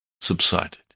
subsided